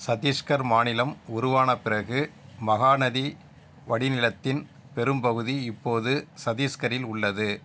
சத்தீஸ்கர் மாநிலம் உருவான பிறகு மகாநதி வடிநிலத்தின் பெரும்பகுதி இப்போது சத்தீஸ்கரில் உள்ளது